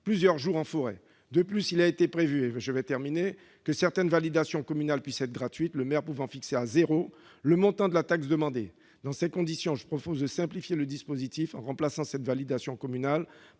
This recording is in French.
plusieurs jours en forêt. De plus, il a été prévu que cette validation communale puisse être gratuite, le maire pouvant fixer à zéro euro le montant de la taxe demandée. Dans ces conditions, je propose de simplifier le dispositif en remplaçant cette validation communale